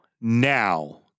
now